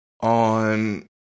on